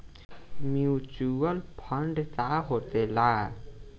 Mutual fund का होखेला?